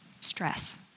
stress